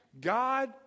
God